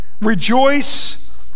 rejoice